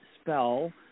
spell